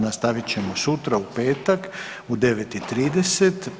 Nastavit ćemo sutra u petak u 9 i 30.